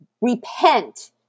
Repent